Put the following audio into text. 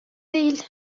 değil